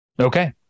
Okay